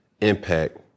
impact